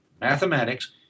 mathematics